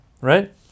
Right